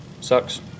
sucks